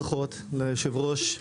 ברכות ליושב-ראש,